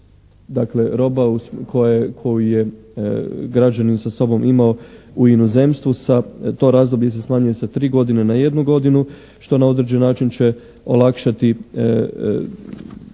određena roba koju je građanin sa sobom imao u inozemstvu. To razdoblje se sa tri godine na jednu godinu što na određen način će olakšati